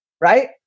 right